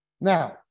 Now